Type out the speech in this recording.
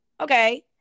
Okay